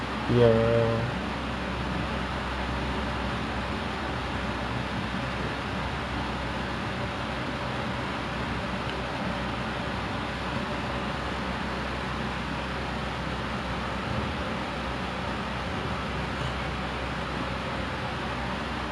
so like they will still bayar it like that ten cent like I think we should like push it up to like fifty cents or something I know fifty cents kan confirm orang macam lagi terasa macam like oh my god that is like duit like I should really bawa my own plastic bag or like bag in general